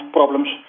problems